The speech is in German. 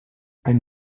ein